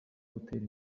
gutera